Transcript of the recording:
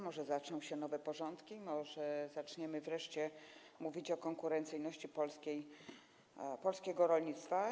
Może zaczną się nowe porządki, może zaczniemy wreszcie mówić o konkurencyjności polskiego rolnictwa.